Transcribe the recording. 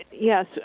Yes